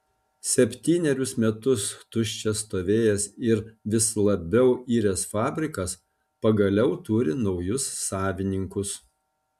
septynerius metus tuščias stovėjęs ir vis labiau iręs fabrikas pagaliau turi naujus savininkus